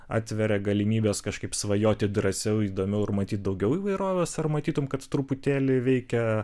atveria galimybes kažkaip svajoti drąsiau įdomiau ir matyt daugiau įvairovės ar matytum kad truputėlį veikia